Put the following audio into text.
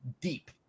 deep